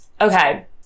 okay